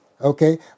Okay